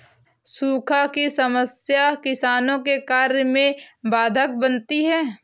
सूखा की समस्या किसानों के कार्य में बाधक बनती है